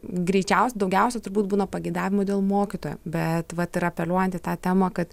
greičiausia daugiausia turbūt būna pageidavimų dėl mokytojo bet vat ir apeliuojant į tą temą kad